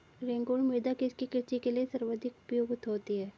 रेगुड़ मृदा किसकी कृषि के लिए सर्वाधिक उपयुक्त होती है?